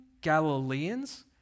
Galileans